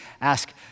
ask